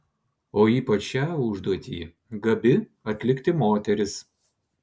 o ypač šią užduotį gabi atlikti moteris